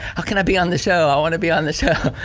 how can i be on the show? i want to be on the show.